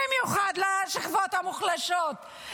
במיוחד לשכבות המוחלשות?